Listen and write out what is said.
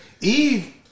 Eve